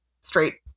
straight